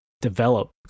develop